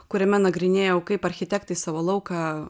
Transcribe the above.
kuriame nagrinėjau kaip architektai savo lauką